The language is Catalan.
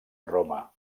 roma